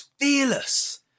fearless